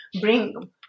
bring